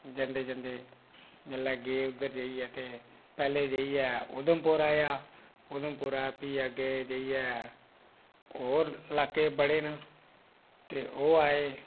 जंदे जंदे जेल्लै गे उद्धर जाइयै ते पैह्लें जाइयै उधमपुर आया उधमपुरा दा फ्ही अग्गै जाइयै होर ल्हाके बड़े न ते ओह् आए